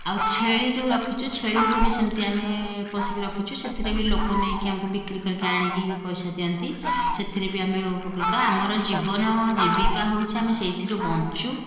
ଆଉ ଛେଳି ଯେଉଁ ରଖିଛୁ ଛେଳିଙ୍କୁ ବି ସେମିତି ଆମେ ପୋଷିକି ରଖିଛୁ ସେଥିରେ ବି ଲୋକ ନେଇକି ଆଙ୍କୁ ବିକ୍ରି କରିକି ଆଣିକି ପଇସା ଦିଅନ୍ତି ସେଥିରେ ବି ଆମେ ଉପକୃତ ଆମର ଜୀବନ ଜୀବିକା ହେଉଛି ଆମେ ସେଇଥିରୁ ବଞ୍ଚୁ